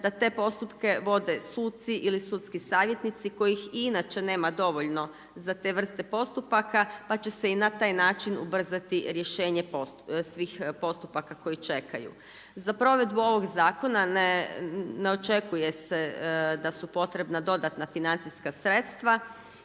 da te postupke vode suci ili sudski savjetnici kojih i inače nema dovoljno za te vrste postupaka pa će se i na taj način ubrzati rješenje svih postupaka koji čekaju. Za provedbu ovog zakona ne očekuje se da su potrebna dodatna financijska sredstva.